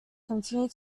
continue